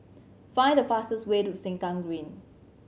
find the fastest way to Sengkang Green